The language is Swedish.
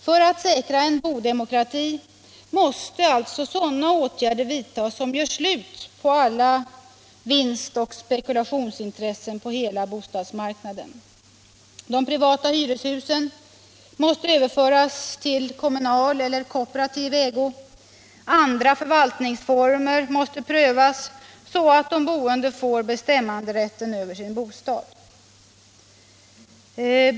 För att säkra en boendedemokrati måste alltså sådana åtgärder vidtas 69 som gör slut på alla vinstoch spekulationsintressen på hela bostadsmarknaden. De privata hyreshusen måste överföras i kommunal eller kooperativ ägo. Andra förvaltningsformer måste prövas så att de boende får bestämmanderätten över sin bostad.